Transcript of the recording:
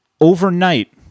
overnight